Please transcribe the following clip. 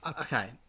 okay